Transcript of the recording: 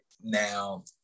Now